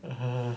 (uh huh)